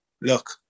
look